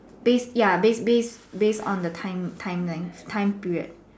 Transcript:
base ya base base base on the time timeline time period